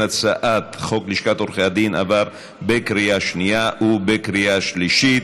הצעת חוק לשכת עורכי הדין עברה בקריאה שנייה ובקריאה שלישית.